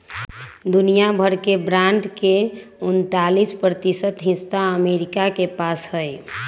दुनिया भर के बांड के उन्तालीस प्रतिशत हिस्सा अमरीका के पास हई